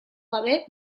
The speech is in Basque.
gabe